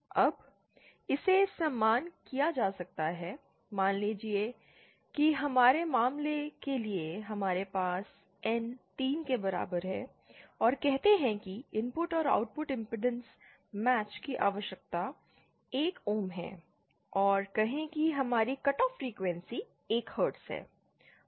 अब इसे समान किया जा सकता है मान लीजिए कि मान लें कि हमारे मामले के लिए हमारे पास N 3 के बराबर है और कहते हैं कि इनपुट और आउटपुट इमपेडेंस मैच की आवश्यकता 1 ओम है और कहें कि हमारी कट ऑफ फ्रीक्वेंसी 1 हर्ट्ज है